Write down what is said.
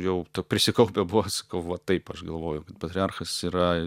jau prisikaupę buvo sakau va taip aš galvoju patriarchas yra